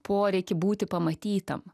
poreikį būti pamatytam